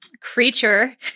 creature